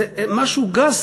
משהו גס